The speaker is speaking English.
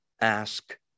ask